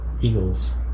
eagles